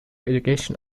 education